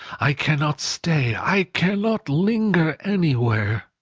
i cannot stay, i cannot linger anywhere.